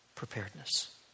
Preparedness